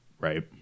Right